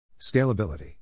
Scalability